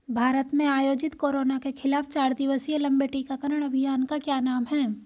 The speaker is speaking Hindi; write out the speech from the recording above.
भारत में आयोजित कोरोना के खिलाफ चार दिवसीय लंबे टीकाकरण अभियान का क्या नाम है?